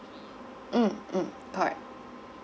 mm mm correct